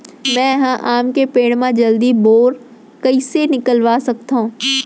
मैं ह आम के पेड़ मा जलदी बौर कइसे निकलवा सकथो?